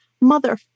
mother